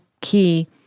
key